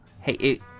Hey